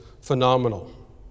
phenomenal